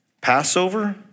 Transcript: Passover